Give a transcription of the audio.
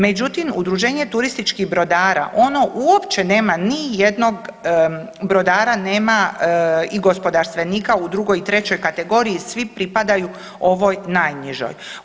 Međutim, udruženje turističkih brodara ono uopće nema ni jednog brodara nema i gospodarstvenika u drugoj i trećoj kategoriji svi pripadaju ovoj najnižoj.